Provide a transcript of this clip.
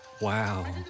Wow